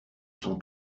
son